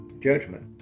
judgment